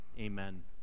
Amen